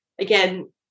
again